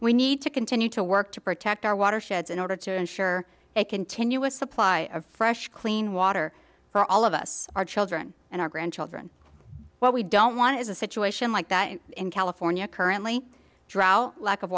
we need to continue to work to protect our watersheds in order to ensure a continuous supply of fresh clean water for all of us our children and our grandchildren what we don't want is a situation like that in california currently drought lack of